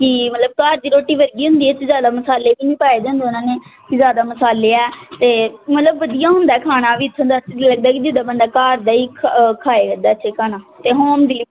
ਕਿ ਮਤਲਬ ਘਰ ਦੀ ਰੋਟੀ ਵਰਗੀ ਹੁੰਦੀ ਹੈ ਅਤੇ ਜ਼ਿਆਦਾ ਮਸਾਲੇ ਵੀ ਨਹੀਂ ਪਾਏ ਜਾਂਦੇ ਉਹਨਾਂ ਨੇ ਕਿ ਜ਼ਿਆਦਾ ਮਸਾਲੇ ਆ ਅਤੇ ਮਤਲਬ ਵਧੀਆ ਹੁੰਦਾ ਖਾਣਾ ਵੀ ਇੱਥੋਂ ਦਾ ਜਿੱਦਾਂ ਬੰਦਾ ਘਰ ਦਾ ਹੀ ਖਾ ਖਾਏ ਕਰਦਾ ਇੱਥੇ ਖਾਣਾ ਅਤੇ ਹੋਮ ਡਿਲੀਵਰੀ ਵੀ